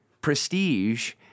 prestige